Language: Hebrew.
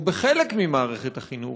או בחלק ממערכת החינוך,